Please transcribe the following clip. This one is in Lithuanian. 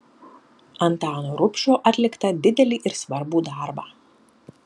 antano rubšio atliktą didelį ir svarbų darbą